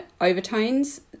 overtones